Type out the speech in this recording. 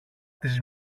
της